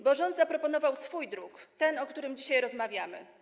Bo rząd zaproponował swój druk, ten, o którym dzisiaj rozmawiamy.